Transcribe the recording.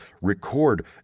record